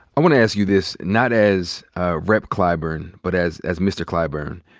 i want to ask you this not as rep. clyburn but as as mr. clyburn,